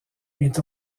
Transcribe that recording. est